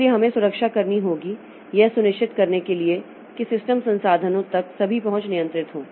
इसलिए हमें सुरक्षा करनी होगी यह सुनिश्चित करने के लिए कि सिस्टम संसाधनों तक सभी पहुंच नियंत्रित हो